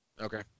Okay